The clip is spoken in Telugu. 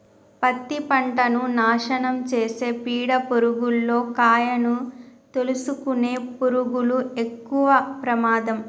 పత్తి పంటను నాశనం చేసే పీడ పురుగుల్లో కాయను తోలుసుకునే పురుగులు ఎక్కవ ప్రమాదం